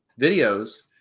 videos